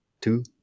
two